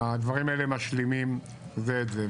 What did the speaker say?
הדברים האלה משלימים זה את זה.